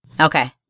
okay